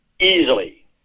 Easily